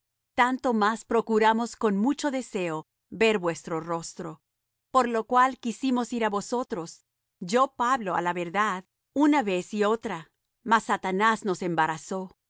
tanto más procuramos con mucho deseo ver vuestro rostro por lo cual quisimos ir á vosotros yo pablo á la verdad una vez y otra mas satanás nos embarazó